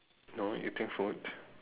no eating food